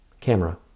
Camera